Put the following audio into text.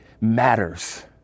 matters